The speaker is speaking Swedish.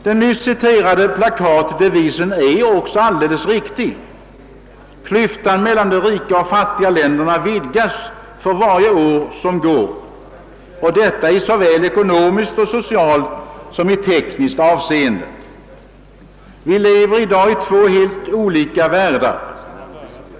Den nyss citerade plakatdevisen är alldeles riktig: klyftan mellan de rika och de fattiga länderna vidgas för varje år som går — och detta i såväl ekonomiskt och socialt som i tekniskt avseende. Vi lever i dag i två helt olika världar.